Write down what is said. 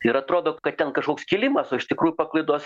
ir atrodo kad ten kažkoks kilimas o iš tikrųjų paklaidos